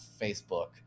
facebook